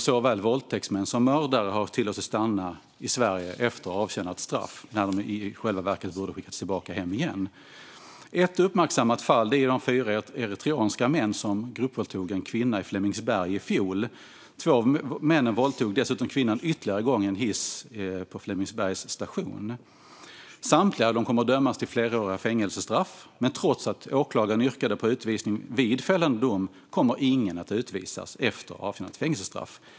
Såväl våldtäktsmän som mördare har tillåtits stanna i Sverige efter avtjänat straff när de i själva verket borde ha skickats tillbaka hem igen. Ett uppmärksammat fall är de fyra eritreanska män som gruppvåldtog en kvinna i Flemingsberg i fjol. Två av männen våldtog dessutom kvinnan ytterligare en gång i en hiss på Flemingsbergs station. Samtliga män kommer att dömas till fleråriga fängelsestraff, men trots att åklagaren yrkade på utvisning vid fällande dom kommer ingen att utvisas efter avtjänat fängelsestraff.